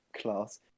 class